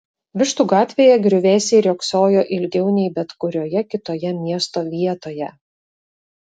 vištų gatvėje griuvėsiai riogsojo ilgiau nei bet kurioje kitoje miesto vietoje